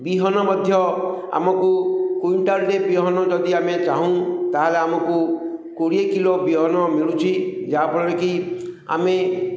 ବିହନ ମଧ୍ୟ ଆମକୁ କୁଇଣ୍ଟାଲରେ ବିହନ ଯଦି ଆମେ ଚାହୁଁ ତା'ହେଲେ ଆମକୁ କୋଡ଼ିଏ କିଲୋ ବିହନ ମିଳୁଛି ଯାହାଫଳରେ କି ଆମେ